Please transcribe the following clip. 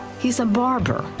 he is a barber,